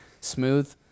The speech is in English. smooth